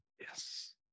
Yes